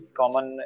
common